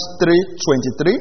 3.23